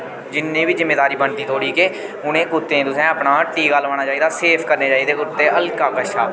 जिन्ने बी जिम्मेदारी बनदी थोआढ़ी के उ'नें कुत्तें तुसें अपना टीका लोआना चाहिदा सेफ करने चाहिदे कुत्ते हलका कशा